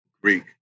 Greek